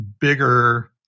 bigger